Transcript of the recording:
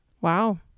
Wow